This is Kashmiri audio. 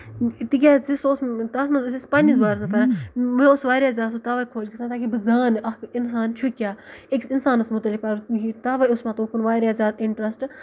تِکیازِ سُہ اوس تَتھ منٛز أسۍ أسۍ پَنٕنِس بارَس منٛز پَران مےٚ اوس واریاہ زیادٕ سُہ تَوے خۄش گژھان تاکہِ بہٕ زانہٕ اکھ اِنسان چھُ کیاہ أکِس اِنسانَس مُتعلِق توے اوس مےٚ توکُن واریاہ زیادٕ اِنٹرَسٹ